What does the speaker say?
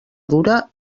dura